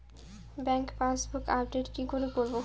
Bank passbook update কি করে করবো?